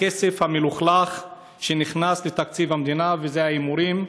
הכסף המלוכלך שנכנס לתקציב המדינה והוא מהימורים,